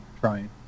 trying